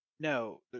no